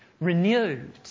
renewed